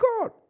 God